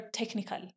technical